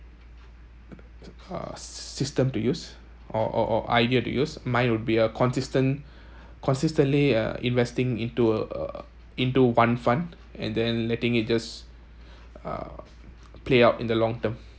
uh system to use or or or idea to use mine would be a consistent consistently uh investing into uh into one fund and then letting it just uh play out in the long term